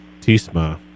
tisma